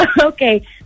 Okay